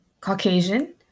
Caucasian